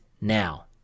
now